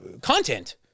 content